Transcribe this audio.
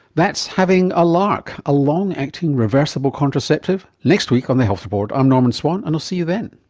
that's having a larc, a long-acting reversible contraceptive, next week on the health report. i'm norman swan and i'll see you then